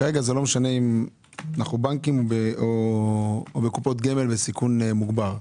כרגע לא משנה אם אנו בבנקים או בקופות גמל בסיכון מוגבר.